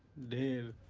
the